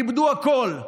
איבדו הכול,